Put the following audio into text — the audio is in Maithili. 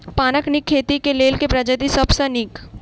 पानक नीक खेती केँ लेल केँ प्रजाति सब सऽ नीक?